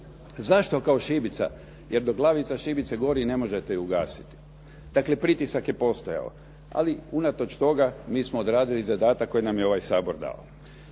Zašto kao šibica? Jer dok glavica šibice gori ne možete ju ugasiti. Dakle, pritisak je postojao ali unatoč toga mi smo odradili zadatak koji nam je ovaj Sabor dao.